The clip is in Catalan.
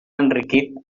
enriquit